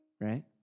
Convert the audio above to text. right